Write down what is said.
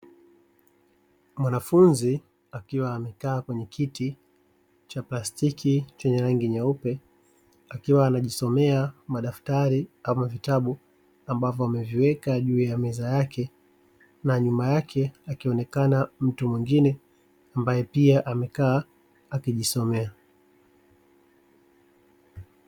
Mwanafunzi akiwa amekaa kwenye kiti cha plastiki chenye rangi nyeupe akiwa anajisomea madaftari, ama vitabu ambavyo ameviweka juu ya meza yake na nyuma yake akionekana mtu mwingine ambaye pia amekaa akijisomea.